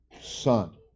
son